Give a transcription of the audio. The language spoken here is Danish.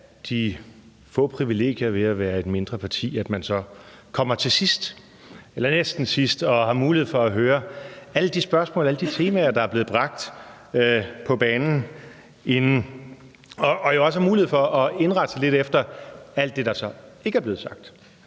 de få privilegier ved at være et mindre parti, at man så kommer til sidst eller næsten sidst og har mulighed for at høre alle de spørgsmål og alle de temaer, der er blevet bragt på banen inden, og også har mulighed for at indrette sig lidt efter alt det, der så ikke er blevet sagt.